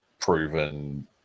proven